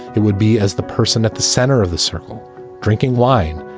it would be as the person at the center of the circle drinking wine,